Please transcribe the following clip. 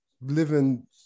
living